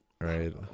Right